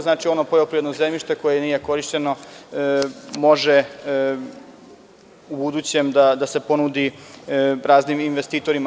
Znači, ono poljoprivredno zemljište koje nije korišćeno može ubudućeda se ponudi raznim investitorima.